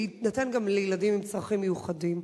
שייתנו גם לילדים עם צרכים מיוחדים.